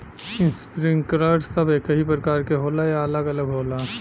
Sprinkler सब एकही प्रकार के होला या अलग अलग होला?